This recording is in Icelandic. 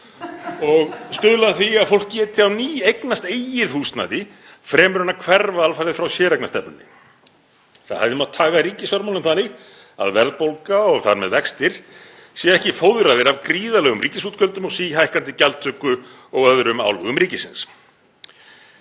og stuðla að því að fólk geti á ný eignast eigið húsnæði fremur en að hverfa alfarið frá séreignarstefnunni. Það hefði mátt haga ríkisfjármálunum þannig að verðbólga og þar með vextir séu ekki fóðraðir af gríðarlegum ríkisútgjöldum og síhækkandi gjaldtöku og öðrum álögum ríkisins.